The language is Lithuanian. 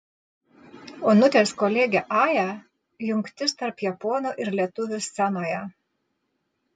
onutės kolegė aja jungtis tarp japonų ir lietuvių scenoje